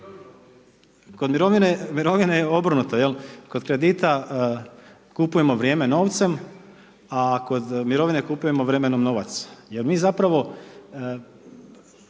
kod mirovine je obrnuto, kod kredita kupujemo vrijeme novcem, a kod mirovine kupujemo vremenom novac,